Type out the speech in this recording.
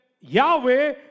Yahweh